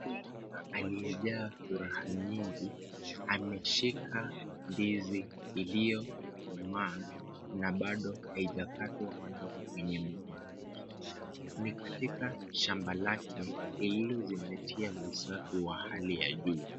Mtu aliyejaa furaha nyingi, ameshika ndizi iliyokomaa na bado haijakatwa kutoka kwenye mgomba. Ni katika shamba lake alilozingatia usafi wa hali ya juu.